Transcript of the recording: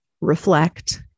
Reflect